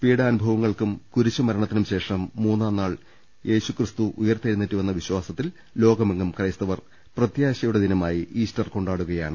പീഡാനുഭവങ്ങൾക്കും കുരിശുമ രണത്തിനും ശേഷം മൂന്നാം നാൾ യേശുക്രിസ്തു ഉയിർത്തെ ഴുന്നേറ്റുവെന്ന വിശ്വാസത്തിൽ ലോകമെങ്ങും ക്രൈസ്തവർ പ്രത്യാശയുടെ ദിനമായി ഈസ്റ്റർ കൊണ്ടാടുകയാണ്